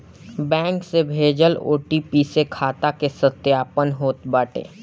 bank से भेजल OTP से खाता के सत्यापन होत बाटे